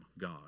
God